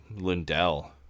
Lindell